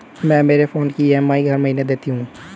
मैं मेरे फोन की ई.एम.आई हर महीने देती हूँ